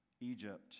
Egypt